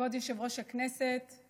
כבוד יושבת-ראש הכנסת,